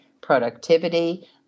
productivity